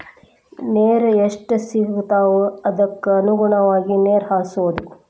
ನೇರ ಎಷ್ಟ ಸಿಗತಾವ ಅದಕ್ಕ ಅನುಗುಣವಾಗಿ ನೇರ ಹಾಸುದು